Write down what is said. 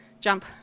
jump